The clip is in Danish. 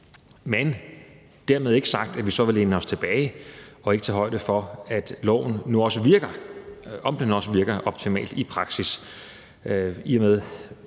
Men dermed ikke sagt, at vi så vil læne os tilbage og ikke tage højde for, om loven nu også virker optimalt i praksis, i og med